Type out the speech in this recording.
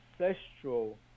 ancestral